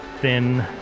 thin